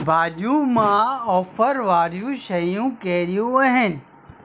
भाजि॒यूं मां ऑफर वारियूं शयूं कहिड़ियूं आहिनि